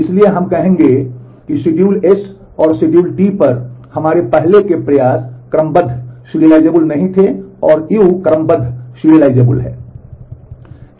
इसलिए हम कहेंगे कि शेड्यूल एस और शेड्यूल टी पर हमारे पहले के प्रयास क्रमबद्ध नहीं थे और यू क्रमबद्ध हैं